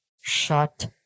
Shut